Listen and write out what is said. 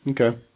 Okay